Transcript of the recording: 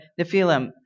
Nephilim